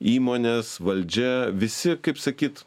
įmonės valdžia visi kaip sakyt